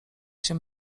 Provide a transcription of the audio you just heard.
się